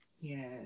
Yes